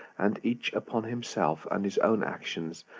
and each upon himself and his own actions,